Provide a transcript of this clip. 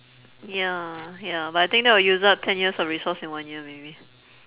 ya ya but I think that would use up ten years of resource in one year maybe